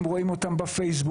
הם רואים אותם בפייסבוק.